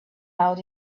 out